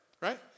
Right